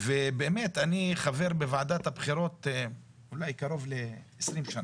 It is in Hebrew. אני חבר בוועדת הבחירות אולי קרוב ל-20 שנה.